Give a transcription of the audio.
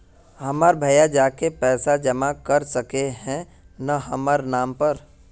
हमर भैया जाके पैसा जमा कर सके है न हमर नाम पर?